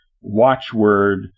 watchword